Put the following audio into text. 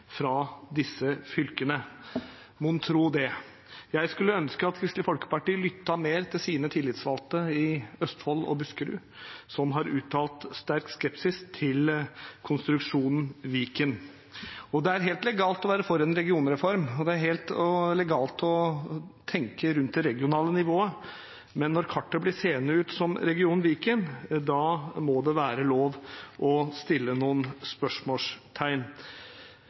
fra disse fylkene. Mon tro det. Jeg skulle ønske at Kristelig Folkeparti lyttet mer til sine tillitsvalgte i Østfold og Buskerud, som har uttalt sterk skepsis til konstruksjonen Viken. Det er helt legalt å være for en regionreform, og det er helt legalt å tenke rundt det regionale nivået, men når kartet blir seende ut som regionen Viken, må det være lov til å stille noen